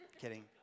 Kidding